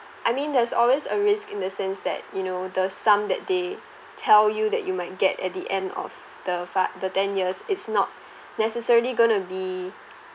I mean there's always a risk in the sense that you know the sum that they tell you that you might get at the end of the five the ten years it's not necessarily going to be